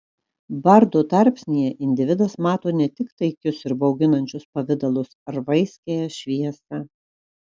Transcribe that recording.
bardo tarpsnyje individas mato ne tik taikius ir bauginančius pavidalus ar vaiskiąją šviesą